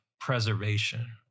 Preservation